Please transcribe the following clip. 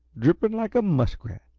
dripping like a muskrat.